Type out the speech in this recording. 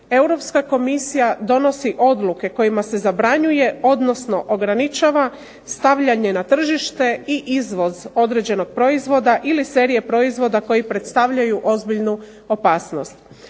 Europska komisija donosi odluke kojima se zabranjuje, odnosno ograničava stavljanje na tržište i izvoz određenog proizvoda ili serije proizvoda koji predstavljaju ozbiljnu opasnost.